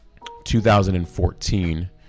2014